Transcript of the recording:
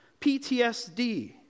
PTSD